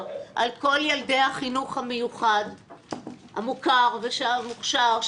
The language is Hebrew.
על כל ילדי החינוך המיוחד המוכר והמוכש"ר.